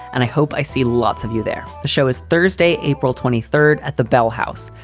and i hope i see lots of you there. the show is thursday, april twenty third at the bell house.